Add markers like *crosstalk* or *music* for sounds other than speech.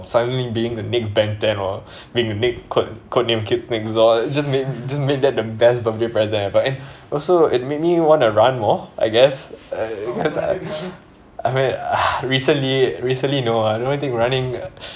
suddenly being the next ben ten or *breath* being the ne~ code code name kids next door just made just made that the best birthday present ever and also it made me wanna run more I guess uh cause I mean *breath* recently recently you know the only thing running *breath*